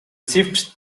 shift